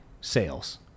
sales